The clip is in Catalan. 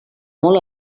molt